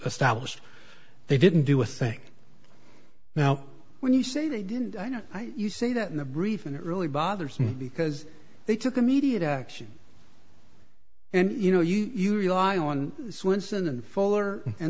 established they didn't do a thing now when you say they didn't i know you say that in the briefing that really bothers me because they took immediate action and you know you you rely on swinson and fuller and